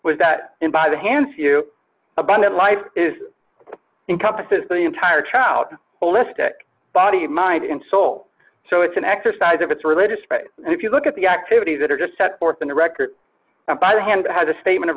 was that in by the hands you abundant life is encompasses the entire trout holistic body mind and soul so it's an exercise of its religious right and if you look at the activities that are just set forth in the record by hand as a statement of